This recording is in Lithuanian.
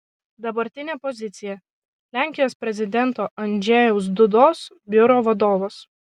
dabartinė pozicija lenkijos prezidento andžejaus dudos biuro vadovas